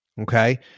Okay